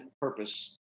purpose